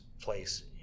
place